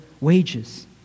wages